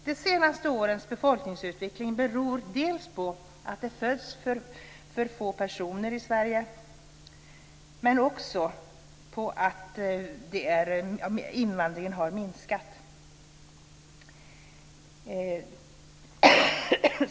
De senaste årens befolkningsutveckling beror dels på att det föds för få barn i Sverige, men också på att invandringen har minskat.